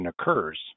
occurs